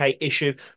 issue